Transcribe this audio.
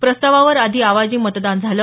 प्रस्तावावर आधी आवाजी मतदान झालं